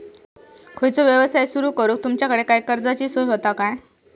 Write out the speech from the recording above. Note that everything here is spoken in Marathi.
खयचो यवसाय सुरू करूक तुमच्याकडे काय कर्जाची सोय होता काय?